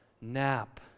nap